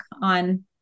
on